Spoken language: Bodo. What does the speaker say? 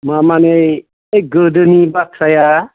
मा माने बे गोदोनि बाथ्राया